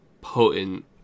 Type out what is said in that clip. potent